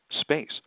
space